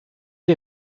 les